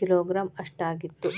kilogram ಅಷ್ಟ ಆಗಿತ್ತು